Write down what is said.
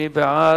מי בעד?